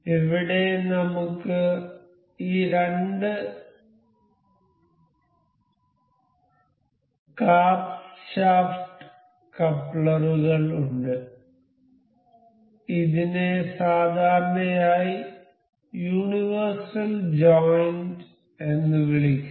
ഇവിടെ നമുക്ക് ഈ രണ്ട് കാർബ്സ് ഷാഫ്റ്റ് കപ്ലറുകൾ ഉണ്ട് ഇതിനെ സാധാരണയായി യൂണിവേഴ്സൽ ജോയിന്റ് എന്ന് വിളിക്കുന്നു